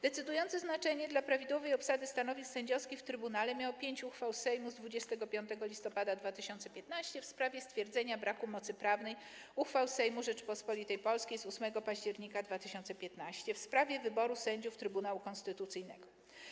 Decydujące znaczenie dla prawidłowej obsady stanowisk sędziowskich w trybunale miało pięć uchwał Sejmu z 25 listopada 2015 r. w sprawie stwierdzenia braku mocy prawnej uchwał Sejmu Rzeczypospolitej Polskiej z 8 października 2015 r. w sprawie wyboru sędziów Trybunału Konstytucyjnego.